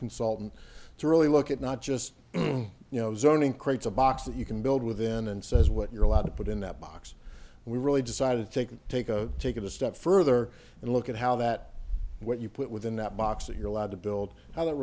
consultant to really look at not just you know zoning creates a box that you can build within and says what you're allowed to put in that box and we really decided to take a take a take it a step further and look at how that what you put within that box of your allowed to build